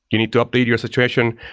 you need to update your situation.